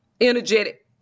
energetic